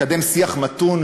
לקדם שיח מתון,